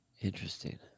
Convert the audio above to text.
Interesting